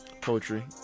Poetry